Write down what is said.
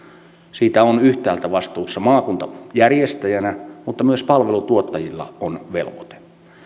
siitä on yhtäältä vastuussa maakunta järjestäjänä mutta myös palveluntuottajilla on velvoite